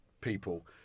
people